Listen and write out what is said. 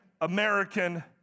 American